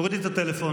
תורידי את הטלפון.